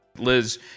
Liz